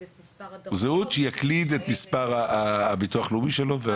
את מספר הדרכון --- שיקליד את מספר הביטוח לאומי שלו.